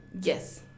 Yes